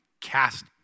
cast